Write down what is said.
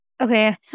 Okay